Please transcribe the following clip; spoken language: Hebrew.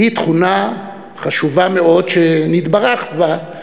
היא תכונה חשובה מאוד, שנתברכת בה.